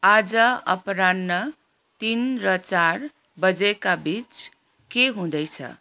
आज अपराह्न तिन र चार बजेका बिच के हुँदैछ